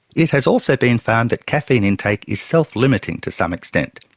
it has also been found that caffeine intake is self limiting to some extent.